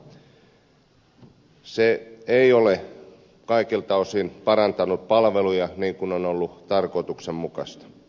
kuntaliitosten tekeminen ei ole kaikilta osin parantanut palveluja niin kuin olisi ollut tarkoituksenmukaista